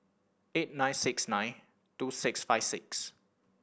eight nine six nine two six five six